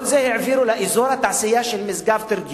העבירו את כל זה לאזור התעשייה של משגב-תרדיון,